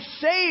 saved